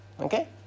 Okay